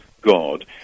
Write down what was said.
God